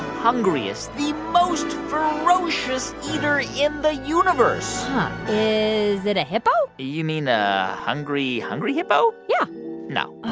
hungriest, the most ferocious eater in the universe is it a hippo? you mean a hungry, hungry hippo? yeah no,